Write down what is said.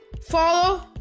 follow